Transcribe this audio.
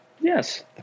Yes